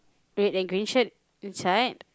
red and green shirt inside